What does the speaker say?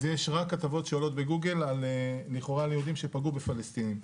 אז יש רק כתבות שעולות בגוגל על יהודים שלכאורה פגעו בפלסטינים.